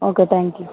okay thank you